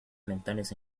mentales